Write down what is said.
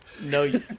No